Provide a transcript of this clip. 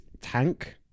Tank